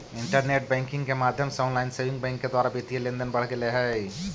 internet banking के माध्यम से ऑनलाइन सेविंग बैंक के द्वारा वित्तीय लेनदेन बढ़ गेले हइ